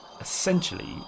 essentially